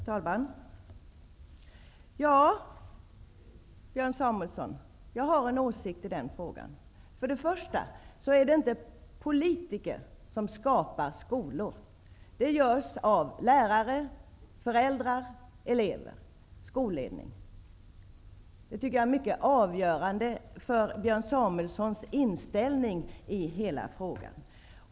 Herr talman! Ja, Björn Samuelson, jag har en åsikt i frågan. Först och främst är det inte politiker som skapar skolor. Det görs av lärare, föräldrar, elever och skolledning. Jag tycker att det är mycket avgörande för Björn Samuelsons inställning i hela frågan.